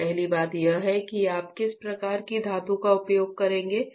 तो पहली बात यह है कि आप किस प्रकार की धातु का उपयोग करेंगे